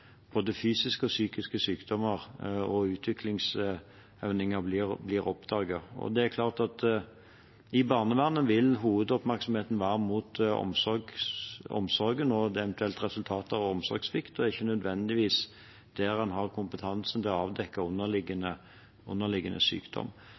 både fysiske og psykiske sykdommer og utviklingshemninger blir oppdaget. I barnevernet vil hovedoppmerksomheten være rettet mot omsorgen og eventuelt resultatet av omsorgssvikt. Det er ikke nødvendigvis der en har kompetansen til å avdekke